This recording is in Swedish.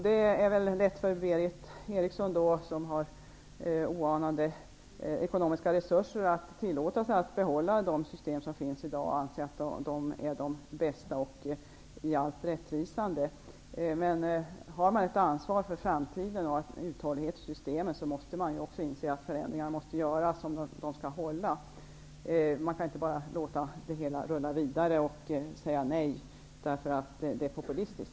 Det är väl lätt för Berith Eriksson, som har oanade ekonomiska resurser, att tillåta sig att behålla de system som finns i dag och att anse att de är bäst och i alla avseenden rättvisande. Men har man ett ansvar för framtiden och för en uthållighet i systemet, måste insikten finnas att förändringar måste göras för att det hela skall vara hållbart. Man kan inte bara låta det rulla vidare och säga nej därför att det är populistiskt.